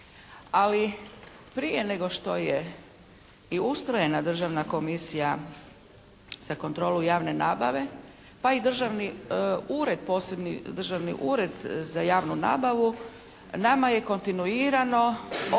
Ali prije nego što je i ustrojena Državna komisija za kontrolu javne nabave pa i Državni ured, posebni Državni ured za javnu nabavu nama je kontinuirano o